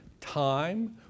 time